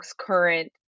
current